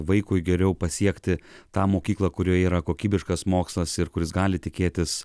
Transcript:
vaikui geriau pasiekti tą mokyklą kurioje yra kokybiškas mokslas ir kur jis gali tikėtis